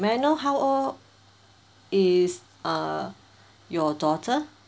may I know how old is err your daughter